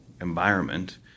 environment